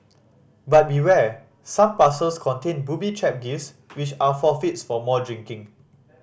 but beware some parcels contain booby trap gifts which are forfeits for more drinking